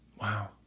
wow